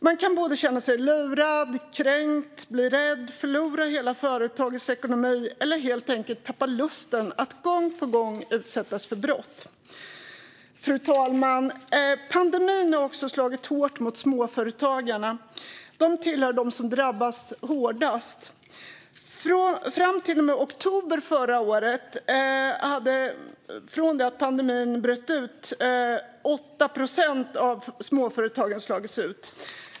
Man kan känna sig lurad, kränkt, bli rädd och förlora hela företagets ekonomi eller helt enkelt tappa lusten när man gång på gång blir utsatt för brott. Fru talman! Pandemin har också slagit hårt mot småföretagarna. De tillhör dem som drabbats hårdast. Fram till och med oktober förra året, från det att pandemin bröt ut, hade 8 procent av småföretagen slagits ut.